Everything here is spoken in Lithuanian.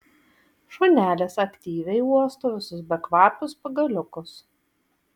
šunelis aktyviai uosto visus bekvapius pagaliukus